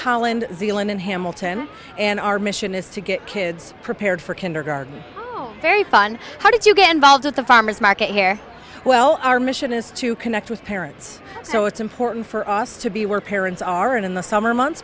holland zealand in hamilton and our mission is to get kids prepared for kindergarten very fun how did you get involved with the farmer's market here well our mission is to connect with parents so it's important for us to be where parents are and in the summer months